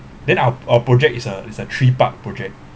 then our our project it's a it's a three part project